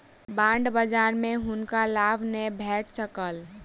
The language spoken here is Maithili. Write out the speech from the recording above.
बांड बजार में हुनका लाभ नै भेट सकल